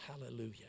Hallelujah